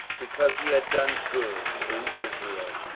because he had done good in israel,